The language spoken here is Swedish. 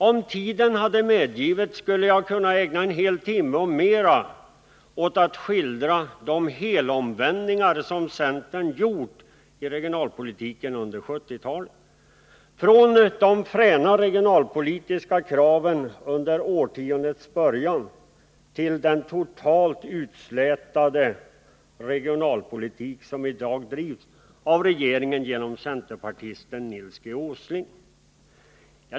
Om tiden hade medgett, skulle jag kunna ägna en hel timme och mera åt att skildra de helomvändningar som centern gjort i regionalpolitiken under 1970-talet, från de fräna regionalpolitiska kraven under årtiondets början till den totalt utslätade regionalpolitik som i dag bedrivs av regeringen genom centerpartisten Nils G. Åsling.